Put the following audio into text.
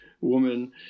woman